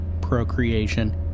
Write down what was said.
procreation